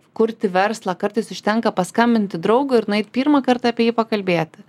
kurti verslą kartais užtenka paskambinti draugui ir nueit pirmą kartą apie jį pakalbėti